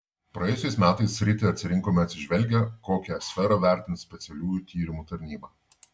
praėjusiais metais sritį atsirinkome atsižvelgę kokią sferą vertins specialiųjų tyrimų tarnyba